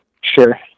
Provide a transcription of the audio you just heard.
Sure